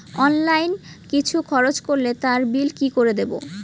Online কিছু খরচ করলে তার বিল কি করে দেবো?